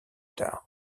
tard